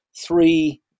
three